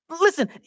Listen